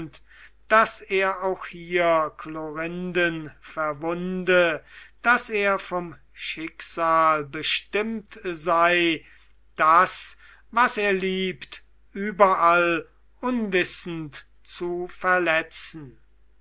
daß er auch hier chlorinden verwunde daß er vom schicksal bestimmt sei das was er liebt überall unwissend zu verletzen